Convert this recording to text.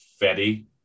Fetty